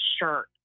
shirt